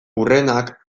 hurrenak